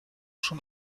schon